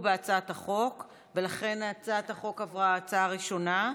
החוק, ולכן הצעת החוק עברה בקריאה ראשונה.